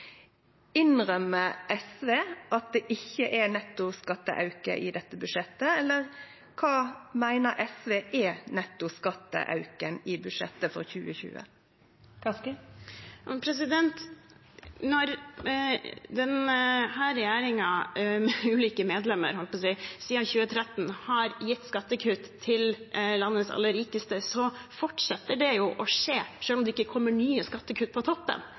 eller kva meiner SV er nettoskatteauken i budsjettet for 2020? Når denne regjeringen – med ulike medlemmer – siden 2013 har gitt skattekutt til landets aller rikeste, fortsetter jo det å skje selv om det ikke kommer nye skattekutt på toppen.